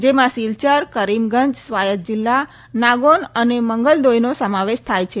જેમાં સીલચર કરીમગંજ સ્વાયત જિલ્લા નાગોન અને મંગલદોઇનો સમાવેશ થાય છે